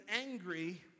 angry